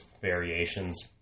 variations